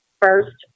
first